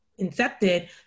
incepted